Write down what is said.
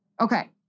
Okay